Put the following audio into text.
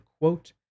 quote